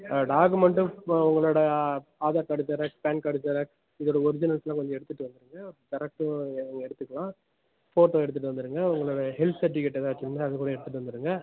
ஆ document இப்போ உங்களோடய Aadhaar card xerox PAN card xerox உங்களோடய ஒரிஜினல்ஸெல்லாம் கொஞ்சம் எடுத்துகிட்டு வந்துடுங்க ஜெராக்ஸ்ஸும் நீங்கள் நீங்கள் எடுத்துக்கலாம் ஃபோட்டோ எடுத்துகிட்டு வந்துடுங்க உங்களோடய ஹெல்த் செர்டிஃபிகேட் ஏதாச்சும் அது கூட எடுத்துகிட்டு வந்துடுங்க